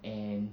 and